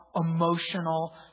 emotional